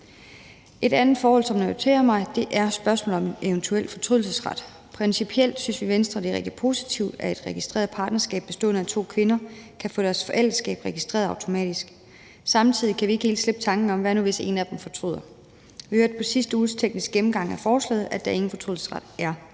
Et andet forhold, som jeg noterer mig, er spørgsmålet om en eventuel fortrydelsesret. Principielt synes vi i Venstre, at det er rigtig positivt, at et registreret partnerskab bestående af to kvinder kan få deres forældreskab registreret automatisk. Samtidig kan vi ikke helt slippe tanken: Hvad nu, hvis en af dem fortryder? Vi hørte ved sidste uges tekniske gennemgang af forslaget, at der ingen fortrydelsesret er.